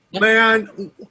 man